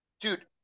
dude